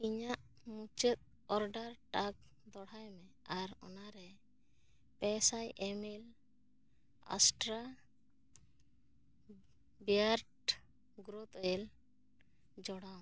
ᱤᱧᱟᱹᱜ ᱢᱩᱪᱟᱹᱫ ᱚᱨᱰᱟᱨ ᱴᱟᱜ ᱫᱚᱲᱦᱟᱭ ᱢᱮ ᱟᱨ ᱚᱱᱟᱨᱮ ᱯᱮ ᱥᱟᱭ ᱮᱢᱮᱞ ᱚᱥᱴᱨᱟ ᱵᱮᱭᱟᱨᱰ ᱜᱨᱳᱛᱷ ᱳᱭᱮᱞ ᱡᱚᱲᱟᱣ ᱢᱮ